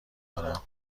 دارم